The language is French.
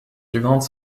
suivantes